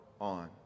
on